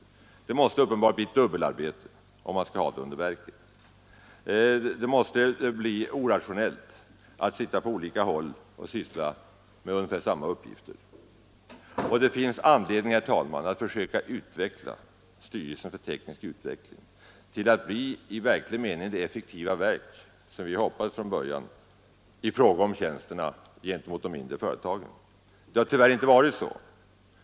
Uppenbarligen måste det bli dubbelarbete om man skall ha fonden under verket. Det måste vara orationellt att sitta på olika håll och syssla med ungefär samma uppgifter. Det finns, herr talman, anledning att försöka utveckla styrelsen för teknisk utveckling till att bli i verklig mening det effektiva verk som vi hoppades att det skulle bli från början i fråga om tjänsterna gentemot de mindre företagen. Det har tyvärr inte blivit så.